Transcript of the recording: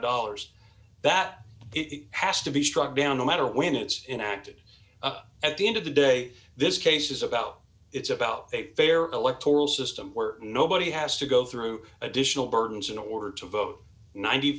dollars that it has to be struck down no matter when it's in acted at the end of the day this case is about it's about a fair electoral system where nobody has to go through additional burdens in order to vote nine